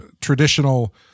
traditional